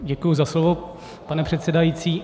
Děkuji za slovo, pane předsedající.